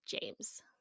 james